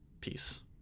Peace